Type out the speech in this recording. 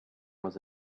was